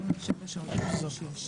הבא: